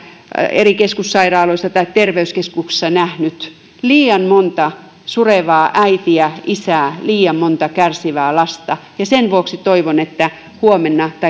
eri keskussairaaloissa ja terveyskeskuksissa nähnyt liian monta surevaa äitiä isää liian monta kärsivää lasta ja sen vuoksi toivon että kun huomenna